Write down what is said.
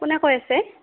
কোনে কৈ আছে